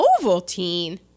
Ovaltine